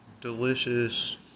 Delicious